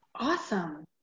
Awesome